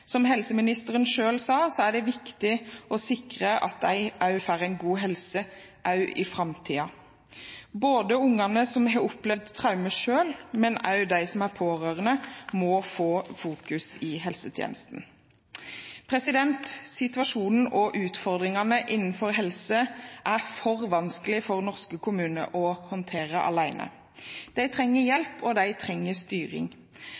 Som helseministeren selv sa, er det viktig å sikre at de også får en god helse i framtiden. Både de ungene som har opplevd traumer selv, og de som er pårørende, må stå i fokus i helsetjenesten. Situasjonen og utfordringene innenfor helse er for vanskelig for norske kommuner å håndtere alene. De trenger hjelp, og de trenger styring.